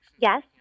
Yes